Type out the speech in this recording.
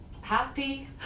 Happy